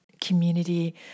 community